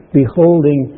beholding